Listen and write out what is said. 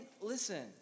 Listen